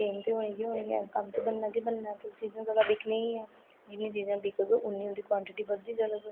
fame ते होनी गै होनी ऐ कम्म बनना गै बनना ऐ तुस गी दिक्खने गी पता जियां चीजां बिकग उन्नी उंदी कवांटटी बधदी जाग